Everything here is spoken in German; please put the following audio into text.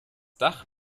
dach